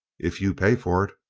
if you pay for it.